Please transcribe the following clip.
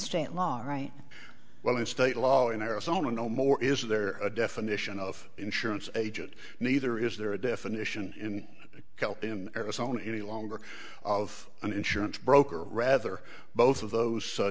state law right well in state law in arizona no more is there a definition of insurance agent neither is there a definition in health in arizona any longer of an insurance broker rather both of those